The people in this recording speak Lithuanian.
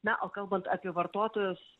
na o kalbant apie vartotojus